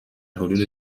حدود